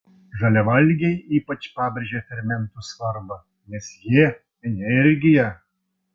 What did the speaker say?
žaliavalgiai ypač pabrėžia fermentų svarbą nes jie energija